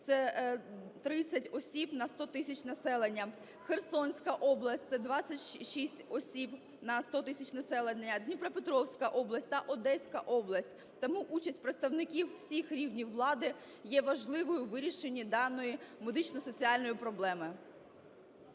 це 30 осіб на 100 тисяч населення, Херсонська область – це 26 осіб на 100 тисяч, Дніпропетровська область та Одеська область. Тому участь представників всіх рівнів влади є важливою у вирішенні даної медично-соціальної проблеми.